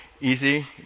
easy